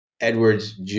Edwards